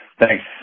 thanks